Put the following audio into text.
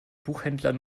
buchhändler